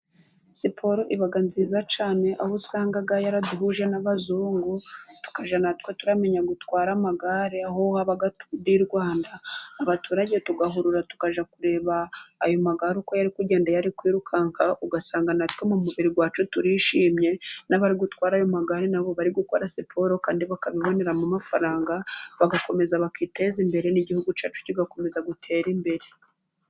Siporo, iba nziza cyane, aho usanga yaraduhuje n’Abazungu. Tukajya natwe tumenya gutwara amagare, aho haba Tour du Rwanda. Abaturage, tugahurura, tukajya kureba ayo magare uko ari kugenda, ari kwiruka. Ugasanga natwe, mu mubiri wacu, turishimye, n’abari gutwara ayo magare, nabo bari gukora siporo. Kandi, bakabiboneramo amafaranga, bagakomeza, bakiteza imbere, igihugu cyacu, kigakomeza gutera imbere.